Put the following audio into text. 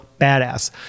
badass